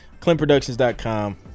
clintproductions.com